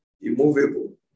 immovable